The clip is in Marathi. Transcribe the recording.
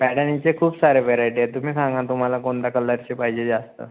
साड्यांचे खूप सारे व्हरायटी आहेत तुम्ही सांगा तुम्हाला कोणत्या कलर्सची पाहिजे जास्त